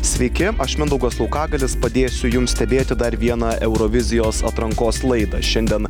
sveiki aš mindaugas laukagalis padėsiu jums stebėti dar vieną eurovizijos atrankos laidą šiandien